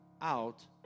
out